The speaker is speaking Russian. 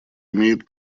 имеет